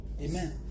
Amen